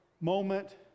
moment